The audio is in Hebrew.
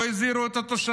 גם לא הזהירו את התושבים,